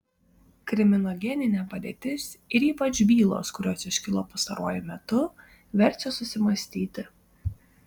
kriminogeninė padėtis ir ypač bylos kurios iškilo pastaruoju metu verčia susimąstyti